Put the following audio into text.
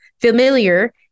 familiar